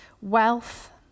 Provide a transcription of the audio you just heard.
wealth